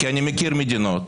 כי אני מכיר מדינות